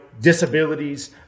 disabilities